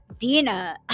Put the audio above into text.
dina